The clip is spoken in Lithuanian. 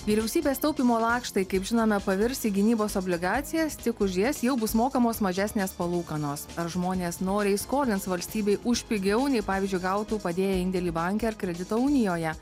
vyriausybės taupymo lakštai kaip žinome pavirs į gynybos obligacijas tik už jas jau bus mokamos mažesnės palūkanos ar žmonės noriai skolins valstybei už pigiau nei pavyzdžiui gautų padėję indėlį banke ar kredito unijoje